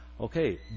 okay